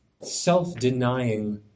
self-denying